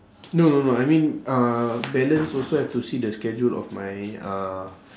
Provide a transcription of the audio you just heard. no no no I mean uh balance also have to see the schedule of my uh